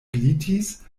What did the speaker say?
glitis